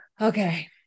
Okay